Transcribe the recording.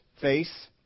Face